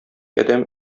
адәм